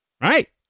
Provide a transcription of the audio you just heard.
right